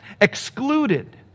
excluded